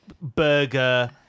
burger